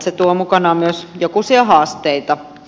se tuo mukanaan myös jokusia haasteita